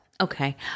Okay